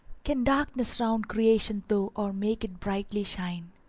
can darkness round creation throw, or make it brightly shine.